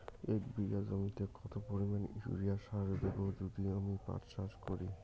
এক বিঘা জমিতে কত পরিমান ইউরিয়া সার দেব যদি আমি পাট চাষ করি?